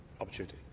opportunity